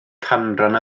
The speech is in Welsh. canran